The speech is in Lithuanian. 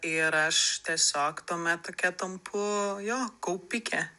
ir aš tiesiog tuomet tokia tampu jo kaupikė